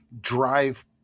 drive